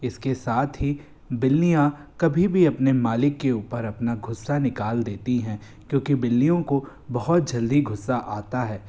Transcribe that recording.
इसके साथ ही बिल्लियाँ कभी भी अपने मालिक के ऊपर अपना गुस्सा निकाल देती हैं क्योंकि बिल्लियों को बहुत जल्दी गुस्सा आता है